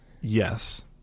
Yes